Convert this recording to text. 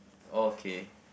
okay